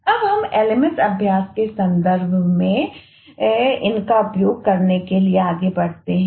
अब हम LMS अभ्यास के संदर्भ में अपने LMS उदाहरण के संदर्भ में इनका उपयोग करने के लिए आगे बढ़ते हैं